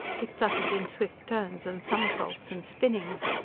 it fluttered in swift turns and somersaults and spinnings.